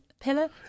pillar